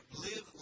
live